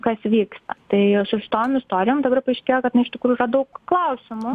kas vyksta tai su šitom istorijom dabar paaiškėjo kad na iš tikrųjų yra daug klausimų